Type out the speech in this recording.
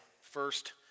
first